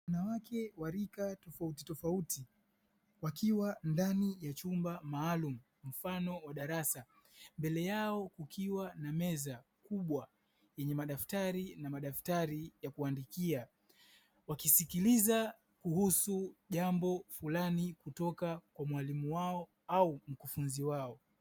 Wanawake wa rika tofautu tofauti wakiwa ndani ya chumba maalum mfano wa darasa, mbele yao kukiwa na meza kubwa yenye madaftari na madaftari ya kuandikia, wakisikiliza kuhusu jambo fulani kutoka kwa mwalimmu wao au mkufunzi wao.